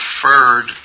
preferred